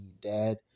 Dad